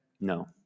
No